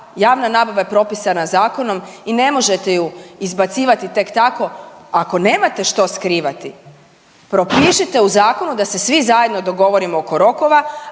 javna nabava je pripisana Zakonom i ne možete ju izbacivati tek tako, ako nemate što skrivati propišite u Zakonu da se svi zajedno dogovorimo oko rokova,